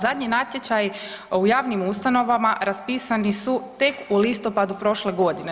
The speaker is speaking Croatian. Zadnji natječaji u javnim ustanovama raspisani su tek u listopadu prošle godine.